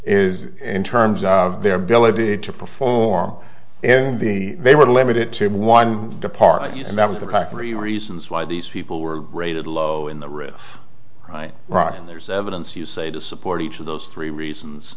is in terms of their ability to perform in the they were limited to one department and that was the three reasons why these people were rated low in the risk right rob and there's evidence you say to support each of those three reasons